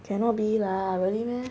cannot be lah really meh